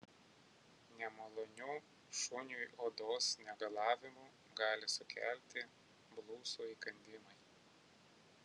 nemalonių šuniui odos negalavimų gali sukelti blusų įkandimai